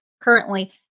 currently